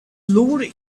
lower